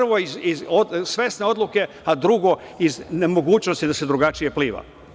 Prvo iz svesne odluke, a drugo iz nemogućnosti da se drugačije pliva.